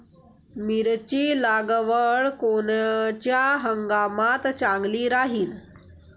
मिरची लागवड कोनच्या हंगामात चांगली राहीन?